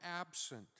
absent